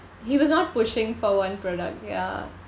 he was not pushing for one product ya